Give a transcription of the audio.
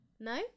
No